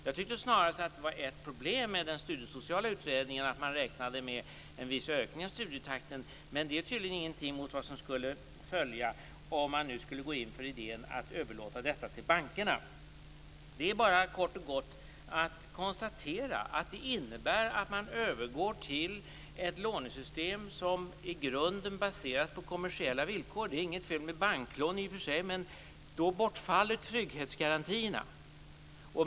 Jag tyckte snarast att det var ett problem att den studiesociala utredningen räknade med en viss ökning av studietakten. Men det är tydligen ingenting mot vad som skulle följa om vi nu skulle gå in för idén att överlåta detta till bankerna. Det är bara kort och gott att konstatera att det innebär att man övergår till ett lånesystem som i grunden baseras på kommersiella villkor. Det är inget fel med banklån i och för sig. Men då bortfaller trygghetsgarantierna.